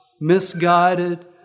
Misguided